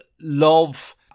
love